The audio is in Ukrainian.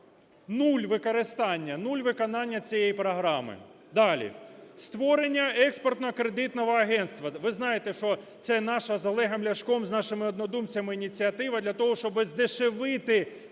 Нуль – використання, нуль – виконання цієї програми. Далі. Створення Експертно-кредитного агентства. Ви знаєте, що це наша з Олегом Ляшком, з нашими однодумцями ініціатива для того, щоб здешевити кредити для